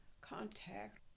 contact